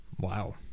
Wow